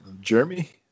Jeremy